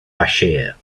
bashir